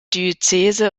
diözese